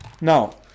now